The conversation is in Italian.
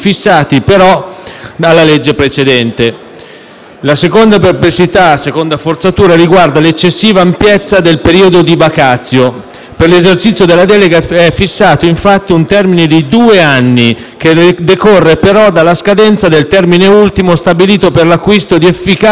precedente. La seconda forzatura riguarda l'eccessiva ampiezza del periodo di *vacatio*: per l'esercizio della delega è fissato, infatti, un termine di due anni, che decorre però dalla scadenza del termine ultimo stabilito per l'acquisto di efficacia delle disposizioni dei decreti legislativi emanati